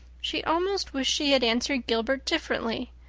she almost wished she had answered gilbert differently.